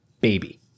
baby